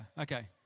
okay